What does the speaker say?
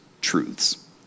truths